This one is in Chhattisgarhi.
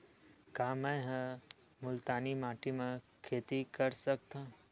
का मै ह मुल्तानी माटी म खेती कर सकथव?